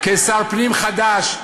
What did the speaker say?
כשר חדש,